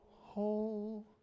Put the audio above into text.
Whole